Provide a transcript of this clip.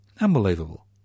unbelievable